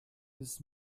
bis